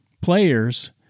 players